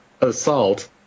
assault